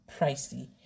pricey